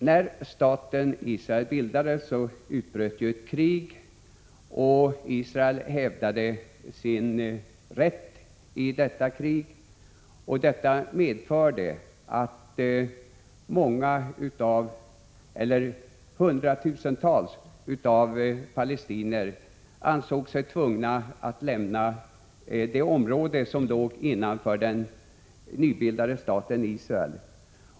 När staten Israel bildades utbröt ju ett krig där Israel hävdade sin rätt. Detta medförde att hundratusentals palestinier ansåg sig tvungna att lämna det område som låg inom den nybildade staten Israel.